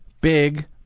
big